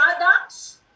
products